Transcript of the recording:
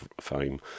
fame